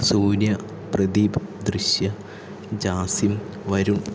Surya Pradeep Drishya Jasim Varun